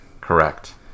correct